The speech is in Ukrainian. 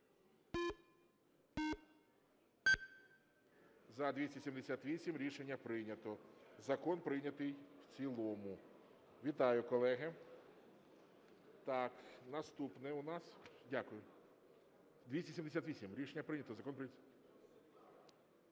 За-278 Рішення прийнято. Закон прийнятий в цілому. Вітаю, колеги. Наступний у нас…Дякую. 278, рішення прийнято. Закон прийнятий